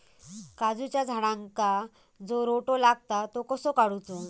काजूच्या झाडांका जो रोटो लागता तो कसो काडुचो?